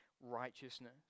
righteousness